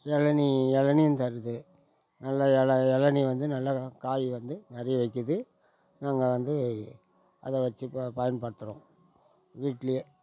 இளநி இளநியும் தருது நல்ல இள இளநி வந்து நல்ல காய் வந்து நிறைய வைக்கிது நாங்கள் வந்து அதை வச்சு ப பயன்படுத்துகிறோம் வீட்டிலயே